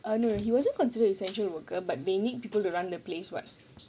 err no no he wasn't considered essential worker but they need people to run the place [what]